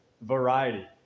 variety